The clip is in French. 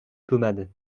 pommade